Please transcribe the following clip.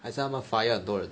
还是他们 fire 很多人